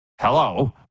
Hello